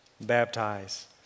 baptize